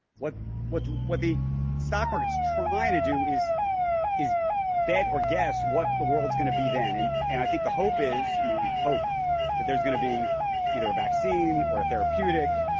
what what what the stock market is trying to do is is bet or guess what the world's going to be then. and and i think the hope is we hope that there's going to be either a vaccine or a therapeutic,